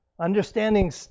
Understanding